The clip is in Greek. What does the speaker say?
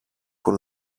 που